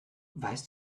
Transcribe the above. weißt